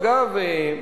אגב,